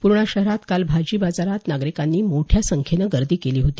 पूर्णा शहरात काल भाजी बाजारात नागरिकांनी मोठ्या संख्येनं गर्दी केली होती